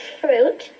fruit